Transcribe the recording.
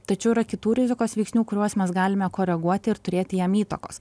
tačiau yra kitų rizikos veiksnių kuriuos mes galime koreguoti ir turėti jiem įtakos